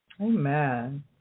Amen